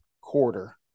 quarter